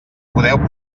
podeu